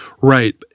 Right